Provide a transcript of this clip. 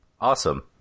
Awesome